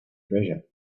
treasure